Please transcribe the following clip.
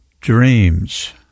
dreams